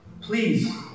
Please